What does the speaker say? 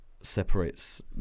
separates